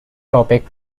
topic